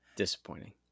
disappointing